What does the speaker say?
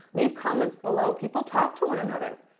leave comments below. people talk to one another.